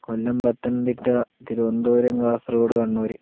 Kollam Pathanamthitta Thiruvananthapuram Kasaragod Kannur